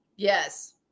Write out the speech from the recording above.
Yes